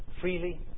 freely